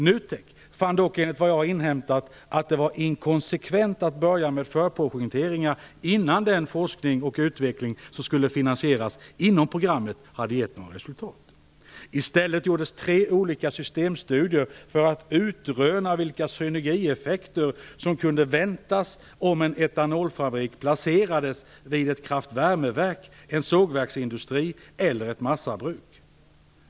NUTEK fann dock, enligt vad jag har inhämtat, att det var inkonsekvent att påbörja förprojekteringar innan den forskning och utveckling som skulle finansieras inom programmet hade gett några resultat. I stället gjordes tre olika systemstudier för att utröna vilka synergieffekter som kunde väntas om en etanolfabrik placerades vid ett kraftvärmeverk, en sågverksindustri eller ett massabruk.